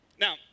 Now